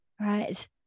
right